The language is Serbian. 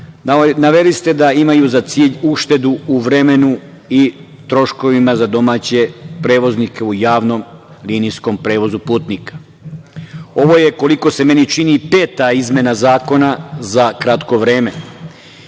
naveli ste da imaju za cilj uštedu u vremenu i troškovima za domaće prevoznike u javnom linijskom prevozu putnika. Ovo je, koliko se meni čini, peta izmena zakona za kratko vreme,